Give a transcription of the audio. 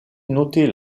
noter